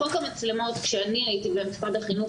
חוק המצלמות כשאני הייתי במשרד החינוך,